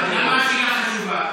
למה השאלה חשובה?